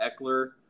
Eckler